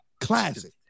Classic